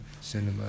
cinema